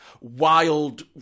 wild